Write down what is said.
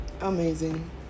Amazing